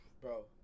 bro